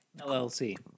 LLC